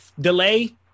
delay